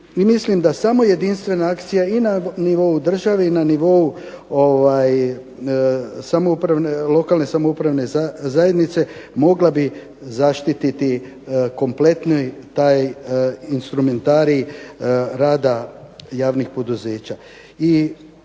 mislim da samo jedinstvena akcija i na nivou države i na nivou lokalne samoupravne zajednice mogla bi zaštititi kompletni taj instrumentarij rada javnih poduzeća.